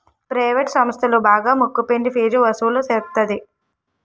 private సంస్థలు బాగా ముక్కు పిండి ఫీజు వసులు సేత్తది